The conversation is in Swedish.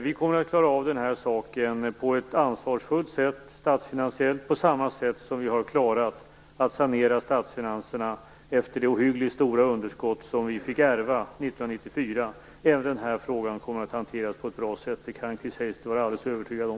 Vi kommer att klara av den här saken på ett ansvarsfullt sätt statsfinansiellt, på samma sätt som vi har klarat att sanera statsfinanserna efter de ohyggligt stora underskott som vi fick ärva 1994. Även denna fråga kommer att hanteras på ett bra sätt. Det kan Chris Heister var alldeles övertygad om.